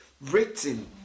written